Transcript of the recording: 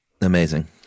Amazing